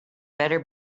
better